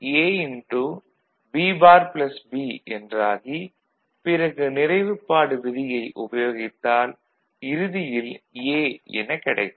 B பார் B என்றாகி பிறகு நிறைவுப்பாடு விதியை உபயோகித்தால் இறுதியில் A எனக் கிடைக்கும்